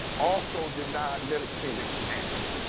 also denied medicaid expansion,